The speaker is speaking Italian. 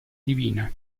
divina